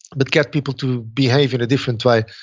but get people to behave in a different way.